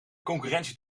concurrentie